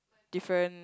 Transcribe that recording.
different